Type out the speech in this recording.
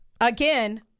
Again